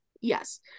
Yes